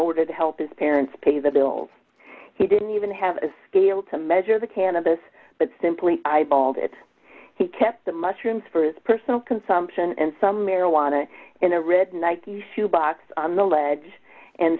order to help his parents pay the bills he didn't even have a scale to measure the cannabis but simply eyeballed it he kept the mushrooms for his personal consumption and some marijuana in a red nike shoe box on the ledge and